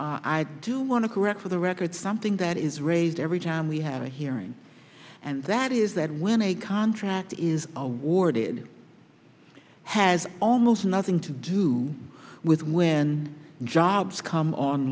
i do want to correct for the record something that is raised every time we have a hearing and that is that when a contract is our ward it has almost nothing to do with when jobs come